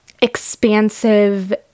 expansive